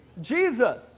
Jesus